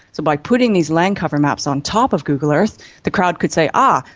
so by putting these land cover maps on top of google earth the crowd could say, ah,